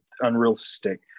unrealistic